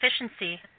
efficiency